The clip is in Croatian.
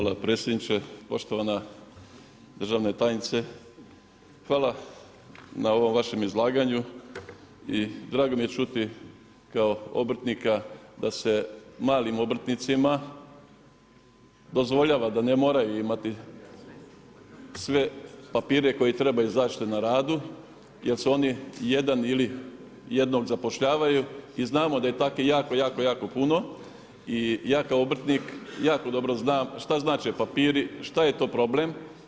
Hvala predsjedniče, poštovana državna tajnice, hvala na ovom vašem izlaganju i drago mi je čuti, kao obrtnika, da se malim obrtnicima dozvoljava da ne moraju imati sve papire koje trebaju za zaštitu na radu, jer su oni jedan ili jednog zapošljavaju i znamo da je takvih, jako, jako, jako puno i ja kao obrtnik, jako dobro znam, šta znače papiri, šta je to problem.